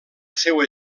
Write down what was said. seua